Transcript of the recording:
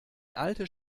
altes